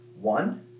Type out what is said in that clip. one